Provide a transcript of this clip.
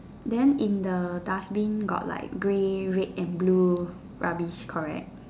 then in the dustbin got like grey red and blue rubbish correct